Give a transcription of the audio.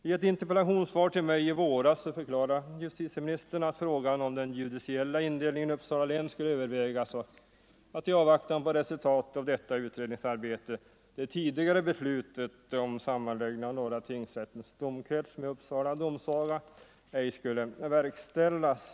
I ett interpellationssvar till mig i våras förklarade justitieministern att frågan om den judiciella indelningen i Uppsala län skulle övervägas och att i avvaktan på resultatet av dessa utredningsarbeten det tidigare beslutet om sammanläggning av Norra tingsrättens domkrets med Uppsala domsaga ej skulle verkställas.